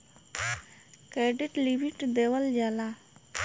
credit limit देवल जाला